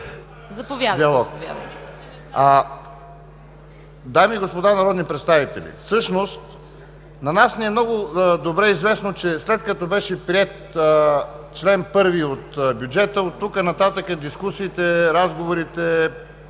Дами и господа народни представители, всъщност на нас ни е много добре известно, че след като беше приет чл. 1 от бюджета, оттук нататък дискусиите, разговорите,